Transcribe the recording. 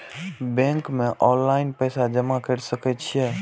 Bank में online पैसा जमा कर सके छीये?